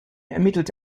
ermittelt